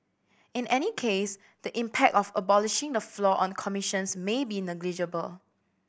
in any case the impact of abolishing the floor on commissions may be negligible